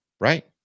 right